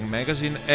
Magazine